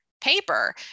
paper